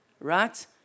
right